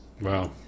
Wow